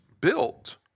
built